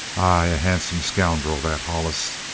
aye, a handsome scoundrel, that hollis!